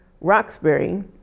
Roxbury